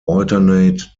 alternate